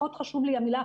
פחות חשובה לי המילה.